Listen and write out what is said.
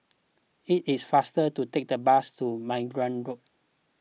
it is faster to take the bus to Margate Road